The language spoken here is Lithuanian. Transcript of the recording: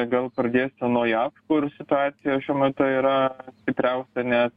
gal pradėsiu nuo jav kur situacija šiuo metu yra stipriausia nes